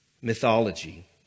mythology